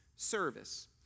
Service